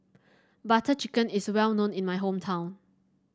Butter Chicken is well known in my hometown